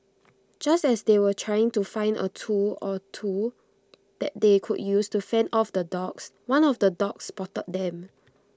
just as they were trying to find A tool or two that they could use to fend off the dogs one of the dogs spotted them